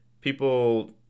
people